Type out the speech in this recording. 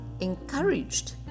encouraged